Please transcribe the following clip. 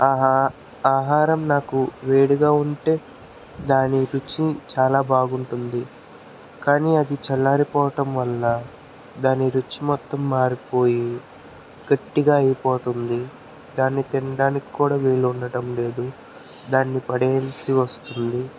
ఆహా ఆహారం నాకు వేడిగా ఉంటే దాని రుచి చాలా బాగుంటుంది కానీ అది చల్లారి పోవడం వల్ల దాని రుచి మొత్తం మారిపోయి గట్టిగా అయిపోతుంది దాన్ని తినడానికి కూడా వీలు ఉండటం లేదు దాన్ని పడేయాల్సి వస్తుంది